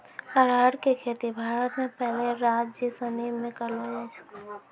अरहर के खेती भारत मे बहुते राज्यसनी मे करलो जाय छै